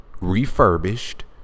refurbished